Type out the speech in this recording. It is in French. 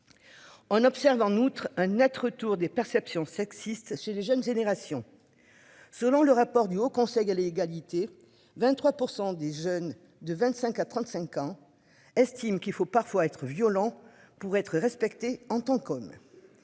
On observe en outre un Net retour des perceptions sexy. Les jeunes générations. Selon le rapport du Haut Conseil à l'égalité, 23% des jeunes de 25 à 35 ans, estime qu'il faut parfois être violent pour être respecté en tant qu'homme.